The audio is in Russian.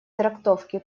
трактовке